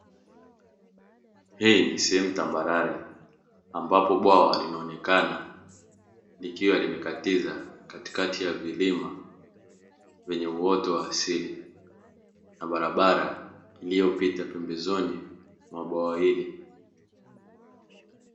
Hii ni sehemu tambarare ambapo bwawa linaonekana likiwa limekatiza katikati ya milima yenye uoto wa asili na barabara iliyopita pembezoni mwa bwawa hili .